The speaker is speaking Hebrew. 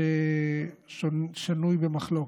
ששנוי במחלוקת.